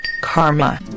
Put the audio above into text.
karma